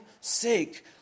sake